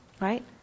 Right